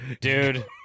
dude